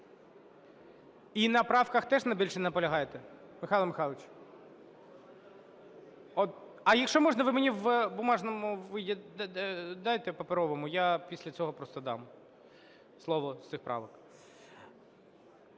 І на правках теж більше не наполягаєте, Михайло Михайлович? А якщо можна, ви мені в бумажному дайте, в паперовому. Я після цього просто дам слово з цих правок.